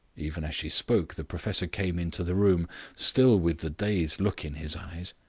even as she spoke the professor came into the room still with the dazed look in his eyes.